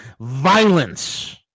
violence